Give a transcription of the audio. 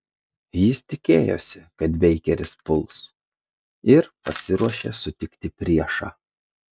jis tikėjosi kad beikeris puls ir pasiruošė sutikti priešą